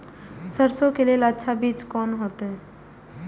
सरसों के लेल अच्छा बीज कोन होते?